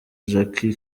jackie